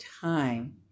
time